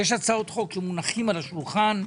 יש הצעות חוק שמונחות על השולחן.